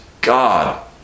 God